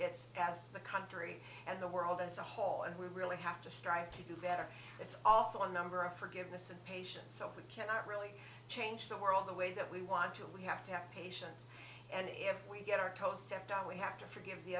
it's as the country and the world as a whole and we really have to strive to do better it's also a number of forgiveness and patience so if we cannot really change the world the way that we want to we have to have patience and if we get our toast stepped down we have to forgive the